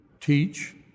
teach